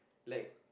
like